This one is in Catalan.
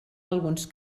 alguns